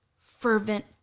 fervent